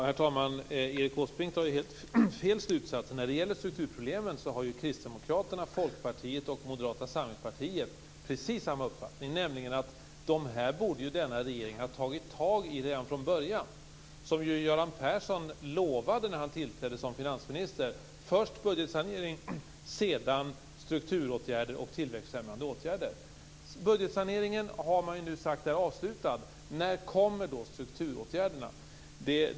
Herr talman! Erik Åsbrink drar helt fel slutsatser. När det gäller strukturproblemen har Kristdemokraterna, Folkpartiet och Moderata samlingspartiet precis samma uppfattning, nämligen att dessa borde regeringen ha tagit itu med redan från början. Det lovade Först budgetsanering, sedan strukturåtgärder och tillväxtfrämjande åtgärder. Budgetsaneringen är nu avslutad. När kommer strukturåtgärderna?